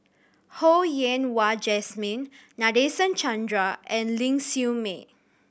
Ho Yen Wah Jesmine Nadasen Chandra and Ling Siew May